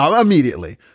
immediately